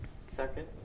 Second